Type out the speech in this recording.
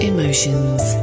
Emotions